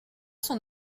son